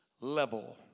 level